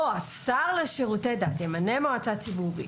לא, השר לשירותי דת ימנה מועצה ציבורית.